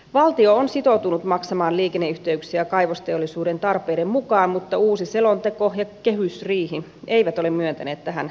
valtio on sitoutunut maksamaan liikenneyhteyksiä kaivosteollisuuden tarpeiden mukaan mutta uusi selonteko ja kehysriihi eivät ole myöntäneet tähän rahoitusta